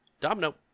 Domino